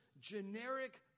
generic